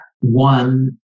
one